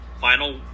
final